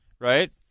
right